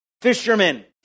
fishermen